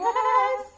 Yes